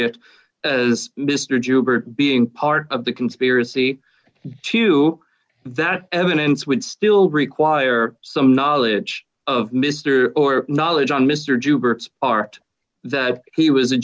or being part of the conspiracy to that evidence would still require some knowledge of mr or knowledge on mr juber art that he was a